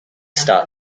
start